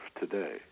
today